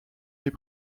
les